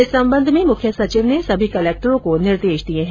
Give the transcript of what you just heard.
इस संबंध में मुख्य सचिव ने सभी कलेक्टरो को निर्देश दिए हैं